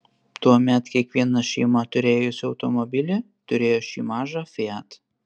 tuomet kiekviena šeima turėjusi automobilį turėjo šį mažą fiat